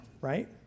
right